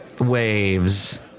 waves